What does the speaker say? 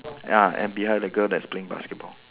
ya and behind the girl that's playing basketball